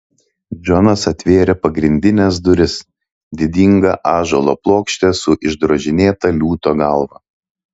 džonas atvėrė pagrindines duris didingą ąžuolo plokštę su išdrožinėta liūto galva